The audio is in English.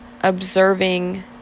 observing